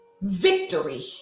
Victory